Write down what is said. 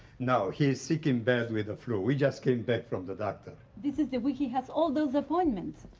no, he's sick in bed with the flu. we just came back from the doctor. this is the week he has all those appointments.